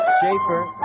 Schaefer